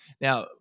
Now